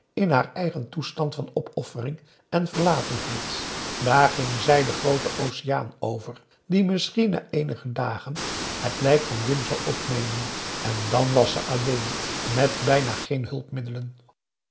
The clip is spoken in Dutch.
in haar eigen toestand van opoffering en verlatenheid daar ging zij den grooten oceaan over die misschien na eenige dagen het lijk van wim zou opnemen en dan was ze alleen met bijna geen hulpmiddelen